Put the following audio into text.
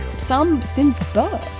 some since birth.